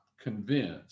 convinced